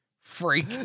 freak